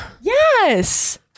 Yes